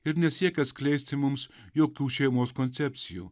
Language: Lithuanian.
ir nesiekia atskleisti mums jokių šeimos koncepcijų